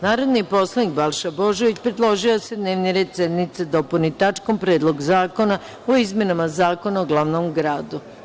Narodni poslanik Balša Božović predložio je da se dnevni red sednice dopuni tačkom - Predlog zakona o izmenama Zakona o glavnom gradu.